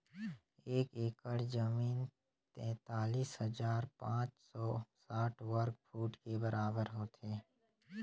एक एकड़ जमीन तैंतालीस हजार पांच सौ साठ वर्ग फुट के बराबर होथे